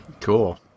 cool